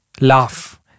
laugh